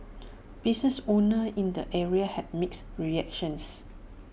business owners in the area had mixed reactions